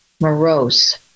morose